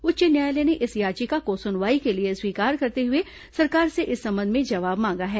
उच्च न्यायालय ने इस याचिका को सुनवाई के लिए स्वीकार करते हुए सरकार से इस संबंध में जवाब मांगा है